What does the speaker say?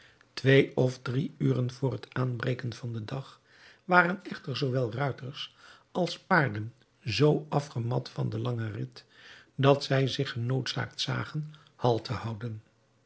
twee of drie uren vr het aanbreken van den dag waren echter zoowel ruiters als paarden zoo afgemat van den langen rid dat zij zich genoodzaakt zagen halt te houden